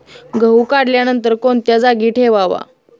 गहू काढल्यानंतर कोणत्या जागी ठेवावा?